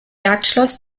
jagdschloss